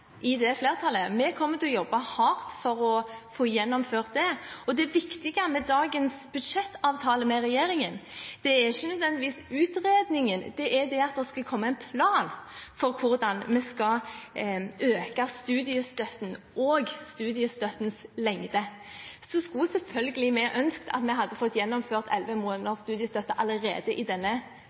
i det flertallet. Vi kommer til å jobbe hardt for å få gjennomført det. Det viktige med dagens budsjettavtale med regjeringen er ikke nødvendigvis utredningen, det er at det skal komme en plan for hvordan vi skal øke studiestøtten og studiestøttens lengde. Vi skulle selvfølgelig ønsket at vi hadde fått gjennomført elleve måneders studiestøtte allerede i denne